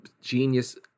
genius